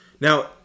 Now